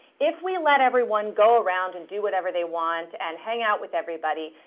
if we let everyone go around and do whatever they want and hang out with everybody,